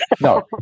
No